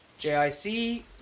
JIC